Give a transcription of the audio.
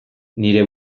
nire